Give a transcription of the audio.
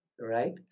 right